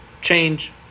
change